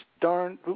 darn